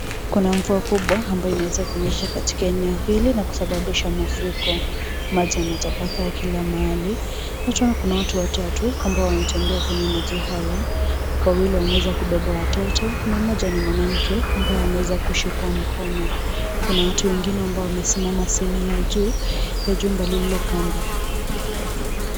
Kuna mvua kubwa ambayo imewezakunyesha katika eneo hili na kusababisha mafriko. Maji yametapakaa kila mahali, na tunaona kuna watu watatu, ambao wanatembea kwenye maji haya. Wawili wameweza kubeba watoto, na mmoja ni mwanamke ambaye ameweza kushikwa mkono. Kuna watu wengine ambao wamesimama sehemu ya juu, ya jumba lililo kando.